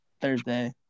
Thursday